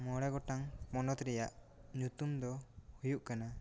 ᱢᱚᱬᱮ ᱜᱚᱴᱟᱝ ᱯᱚᱱᱚᱛ ᱨᱮᱭᱟᱜ ᱧᱩᱛᱩᱢ ᱫᱚ ᱦᱩᱭᱩᱜ ᱠᱟᱱᱟ